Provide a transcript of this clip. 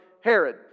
Herod